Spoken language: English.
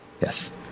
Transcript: yes